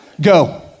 Go